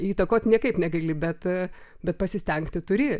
įtakoti niekaip negali bet bet pasistengti turi